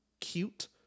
cute